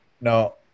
No